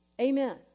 Amen